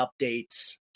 updates